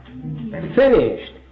finished